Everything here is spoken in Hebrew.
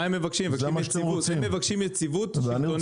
הם מבקשים יציבות שלטונית.